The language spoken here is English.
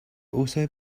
also